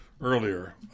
earlier